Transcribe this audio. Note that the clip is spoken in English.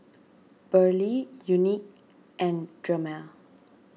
Burley Unique and Drema